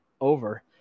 over